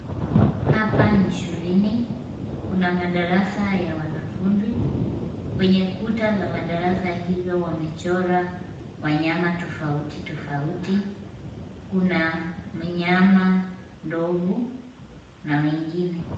Hapa ni shuleni. Kuna madarasa ya wanafunzi. Kwenye kuta za madarasa hayo wamechora wanyama tofauti tofauti. Kuna mnyama ndovu na wengine.